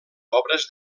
obres